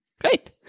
Great